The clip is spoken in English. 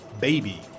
Baby